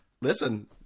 listen